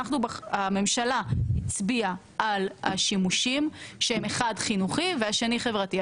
הממשלה הצביעה על השימושים שהם אחד חינוכי והשני חברתי.